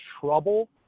trouble